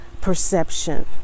perception